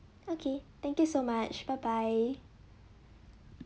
okay thank you so much bye bye